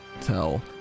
tell